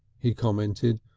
he commented.